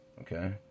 okay